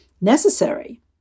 necessary